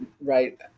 Right